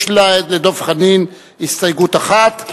יש לדב חנין הסתייגות אחת,